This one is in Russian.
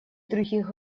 других